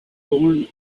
born